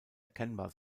erkennbar